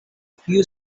few